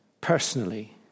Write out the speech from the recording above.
personally